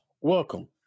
Welcome